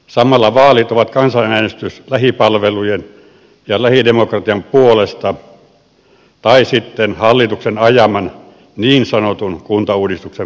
samalla vaalit ovat kansanäänestys lähipalvelujen ja lähidemokratian puolesta tai sitten hallituksen ajaman niin sanotun kuntauudistuksen puolesta